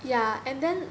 ya and then